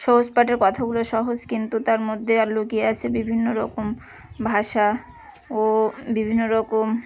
সহজ পাঠের কথাগুলো সহজ কিন্তু তার মধ্যে আর লুকিয়ে আছে বিভিন্ন রকম ভাষা ও বিভিন্ন রকম